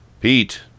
Pete